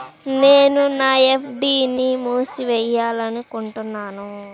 నేను నా ఎఫ్.డీ ని మూసివేయాలనుకుంటున్నాను